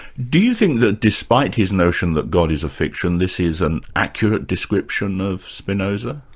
do you think that despite his notion that god is a fiction, this is an accurate description of spinoza?